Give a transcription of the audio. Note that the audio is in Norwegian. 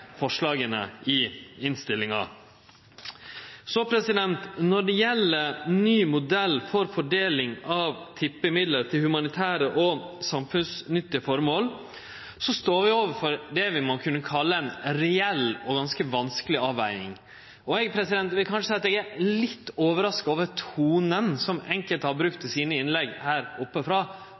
forslaga i innstillinga. Når det gjeld ny modell for fordeling av tippemidlar til humanitære og samfunnsnyttige formål, står vi overfor det vi må kunne kalle ei reell og ganske vanskeleg avveging. Eg er kanskje litt overraska over tonen som enkelte har brukt i sine innlegg her oppe frå,